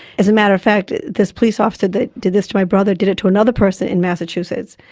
as a matter of fact this police officer that did this to my brother did it to another person in massachusetts.